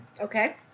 Okay